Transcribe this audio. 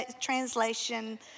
Translation